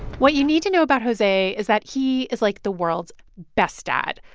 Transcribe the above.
what you need to know about jose is that he is, like, the world's best dad.